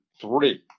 three